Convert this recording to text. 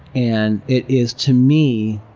and it is to me